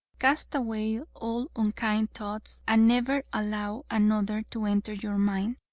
cast away all unkind thoughts and never allow another to enter your mind,